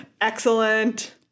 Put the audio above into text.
Excellent